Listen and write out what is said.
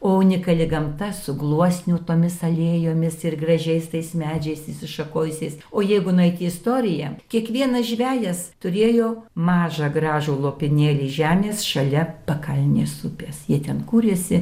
o unikali gamta su gluosnių tomis alėjomis ir gražiais tais medžiais išsišakojusiais o jeigu nueit į istoriją kiekvienas žvejas turėjo mažą gražų lopinėlį žemės šalia pakalnės upės jie ten kūrėsi